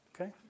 Okay